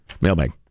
Mailbag